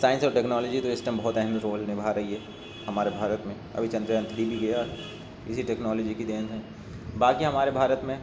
science اور technology تو اس ٹائم بہت اہم رول نبھا رہی ہے ہمارے بھارت میں ابھی چندریان تھری بھی گیا اسی ٹیکنالوجی کی دین ہے باقی ہمارے بھارت میں